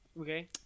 Okay